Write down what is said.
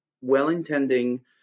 well-intending